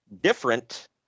different